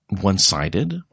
one-sided